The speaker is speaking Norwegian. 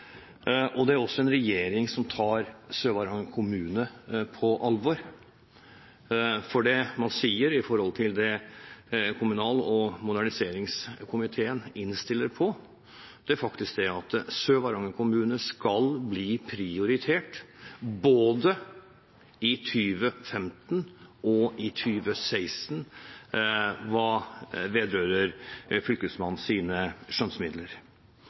og det er også en regjering som tar Sør-Varanger kommune på alvor, for det man sier i forhold til det kommunal- og forvaltningskomiteen innstiller på, er at Sør-Varanger kommune skal bli prioritert både i 2015 og i 2016 hva gjelder Fylkesmannens skjønnsmidler.